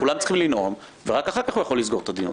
כולם צריכים לנאום ורק אחר כך הוא יכול לסגור את הדיון.